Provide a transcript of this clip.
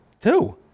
two